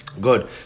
Good